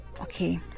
Okay